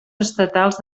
estatals